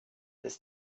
ist